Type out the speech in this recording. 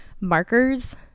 markers